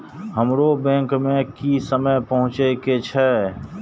हमरो बैंक में की समय पहुँचे के छै?